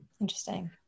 Interesting